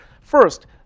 First